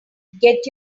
get